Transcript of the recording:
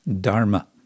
dharma